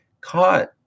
caught